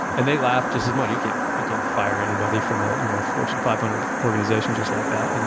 and they laugh just as much. you can't you can't fire anybody from a you know fortune five hundred organization just like that. you know